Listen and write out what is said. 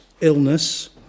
illness